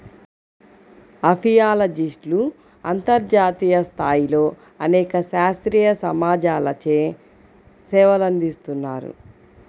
అపియాలజిస్ట్లు అంతర్జాతీయ స్థాయిలో అనేక శాస్త్రీయ సమాజాలచే సేవలందిస్తున్నారు